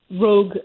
rogue